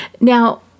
Now